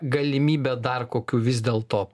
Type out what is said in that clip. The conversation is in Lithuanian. galimybę dar kokių vis dėl to